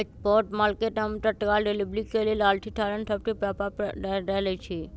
spot market हम तत्काल delivery के लेल आर्थिक साधन सभ के व्यापार कयल जाइ छइ